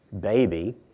baby